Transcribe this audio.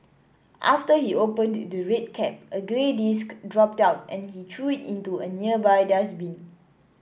after he opened the red cap a grey disc dropped out and he threw it into a nearby dustbin